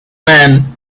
man